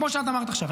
כמו שאת אמרת עכשיו.